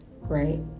right